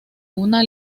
una